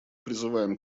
призываем